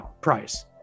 price